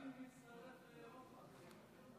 היושב-ראש מחליט,